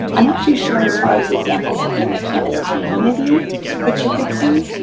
i'm not too sure as far as examples in the canvas community that you could see.